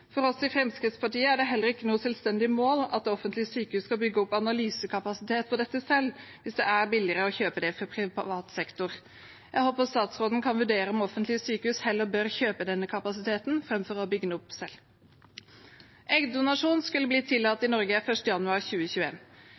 For oss i Fremskrittspartiet er det heller ikke noe selvstendig mål at offentlige sykehus skal bygge opp analysekapasitet på dette selv hvis det er billigere å kjøpe det fra privat sektor. Jeg håper statsråden kan vurdere om offentlige sykehus heller bør kjøpe denne kapasiteten enn å bygge den opp selv. Eggdonasjon skulle bli tillatt i Norge fra 1. januar